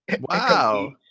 Wow